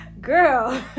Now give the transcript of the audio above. girl